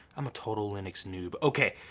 i'm a total linux noob. okay,